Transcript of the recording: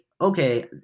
okay